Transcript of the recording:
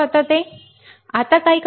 आता मी काय करू